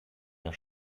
der